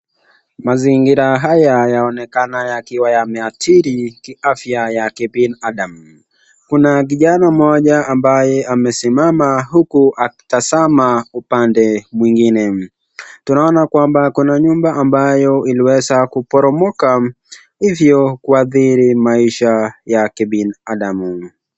Mazingira haya yaonekana yameadhiri kiafya ya binadamu. Kuna kijana mmoja ambaye amesimama huku akitazama upande mwingine tunaona kwamba kuna nyumba ambayo iliweza kuporomoka hivyo kuadhiri maisha ya kibinadamu.